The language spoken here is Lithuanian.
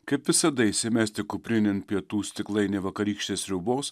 kaip visada įsimesti kuprinėn pietų stiklainį vakarykštės sriubos